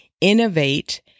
innovate